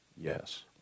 yes